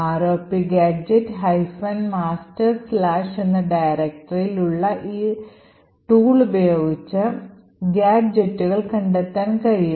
ROPGadget master എന്ന ഡയറക്ടറിയിൽ ഉള്ള ഈ ഉപകരണം ഉപയോഗിച്ച് ഗാഡ്ജെറ്റുകൾ കണ്ടെത്താൻ കഴിയും